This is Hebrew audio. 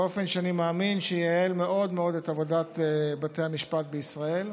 באופן שאני מאמין שייעל מאוד את עבודת בתי המשפט בישראל.